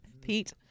Pete